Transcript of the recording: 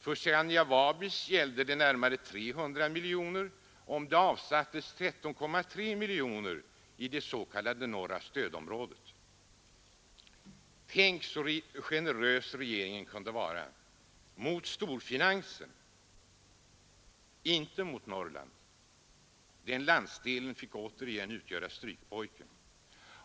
För Scania-Vabis gällde det närmare 300 miljoner kronor som man fick loss om det avsattes 13,3 miljoner kronor i det s.k. norra stödområdet. Tänk så generös regeringen kunde vara — mot storfinansen, inte mot Norrland. Den landsdelen fick återigen vara strykpojken.